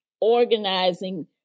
organizing